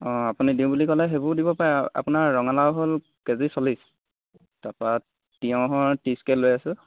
অঁ আপুনি দিওঁ বুলি ক'লে সেইবোৰো দিব পাৰে আৰু আপোনাৰ ৰঙালাও হ'ল কেজি চল্লিছ তাৰপৰা তিয়ঁহৰ ত্ৰিছকৈ লৈ আছো